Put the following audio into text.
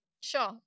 sure